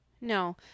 no